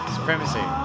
Supremacy